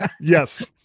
yes